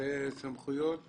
אלו סמכויות